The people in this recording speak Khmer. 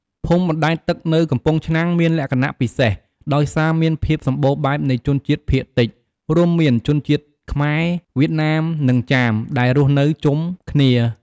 ភូមិបណ្ដែតទឹកនៅកំពង់ឆ្នាំងមានលក្ខណៈពិសេសដោយសារមានភាពសម្បូរបែបនៃជនជាតិភាគតិច រួមមានជនជាតិខ្មែរ វៀតណាម និងចាម ដែលរស់នៅជុំគ្នា។